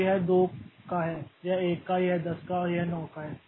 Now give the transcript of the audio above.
तो यह 2 का है यह 1 का है यह 10 का है यह 9 का है